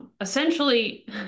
essentially